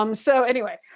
um so anyway,